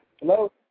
Hello